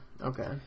Okay